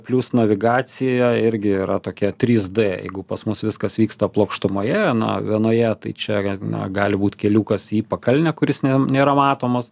plius navigacija irgi yra tokia trys d jeigu pas mus viskas vyksta plokštumoje na vienoje tai čia na gali būt keliukas į pakalnę kuris ne nėra matomas